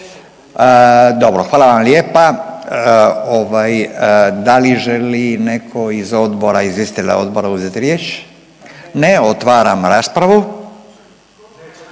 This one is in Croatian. Dobro. Hvala vam lijepa. Da li želi netko iz odbora, izvjestitelja odbora uzeti riječ? Ne. Otvaram raspravu.